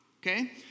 Okay